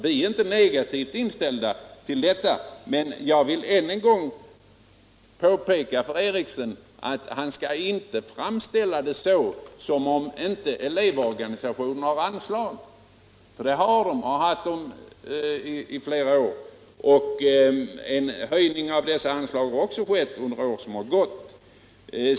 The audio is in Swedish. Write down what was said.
Vi är inte negativt inställda till frågan som sådan, och jag vill än en gång påpeka för herr Eriksson i Stockholm att han inte bör framställa saken så att man får intrycket att elevorganisationerna inte får några anslag. Det får de — de har fått det under flera år — och en höjning av dessa anslag har också skett under de år som gått.